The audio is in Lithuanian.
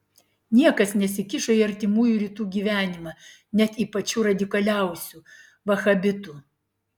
niekas nesikišo į artimųjų rytų gyvenimą net į pačių radikaliausių vahabitų